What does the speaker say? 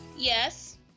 Yes